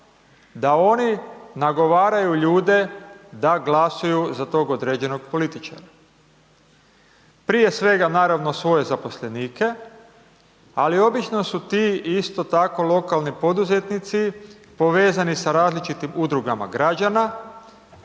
da oni nagovaraju ljude da glasuju za tog određenog političara. Prije svega, naravno, svoje zaposlenike, ali obično su ti isto tako, lokalni poduzetnici povezani sa različitim udrugama građana,